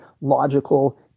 logical